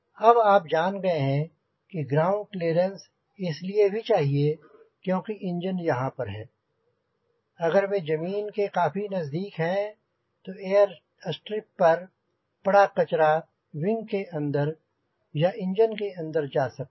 अब आप जान गए हैं कि ग्राउंड क्लीयरेंस इसलिए भी चाहिए क्योंकि अगर इंजन यहांँ पर है अगर वे जमीन के काफी नजदीक हैं तो एयरस्ट्रिप पर पड़ा कचरा विंग के अंदर तथा इंजन के अंदर जा सकता है